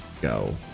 go